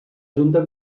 junta